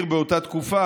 באותה תקופה,